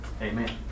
Amen